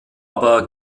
aber